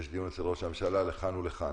יש דיון אצל ראש הממשלה לכאן או לכאן.